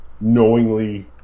knowingly